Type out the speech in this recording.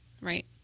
right